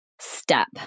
step